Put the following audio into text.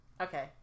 Okay